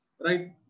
Right